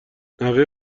نحوه